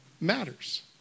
matters